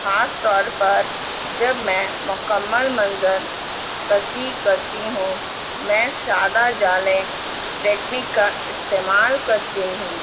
خاص طور پر جب میں مکمل منظر کسی کرتی ہوں میں شادہ جالے ٹیکنک کا استعمال کرتی ہوں